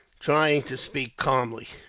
trying to speak calmly.